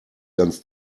ganz